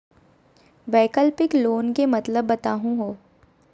वैकल्पिक लोन के मतलब बताहु हो?